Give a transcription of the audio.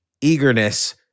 eagerness